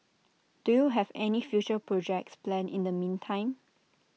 do you have any future projects planned in the meantime